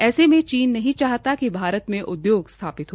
ऐसे में चीन नहीं चाहता कि भारत में उद्योग स्थापित हो